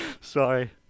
Sorry